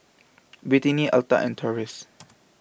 Britany Altha and Taurus